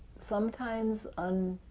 sometimes um